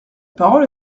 parole